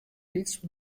lyts